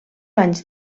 anys